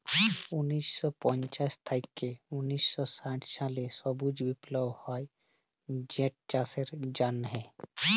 উনিশ শ পঞ্চাশ থ্যাইকে উনিশ শ ষাট সালে সবুজ বিপ্লব হ্যয় যেটচাষের জ্যনহে